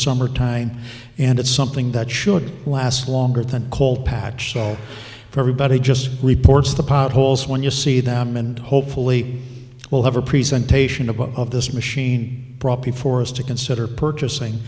summer time and it's something that should last longer than cold patch so for everybody just reports the potholes when you see them and hopefully we'll have a presentation about of this machine property for us to consider purchasing